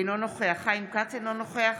אינו נוכח חיים כץ, אינו נוכח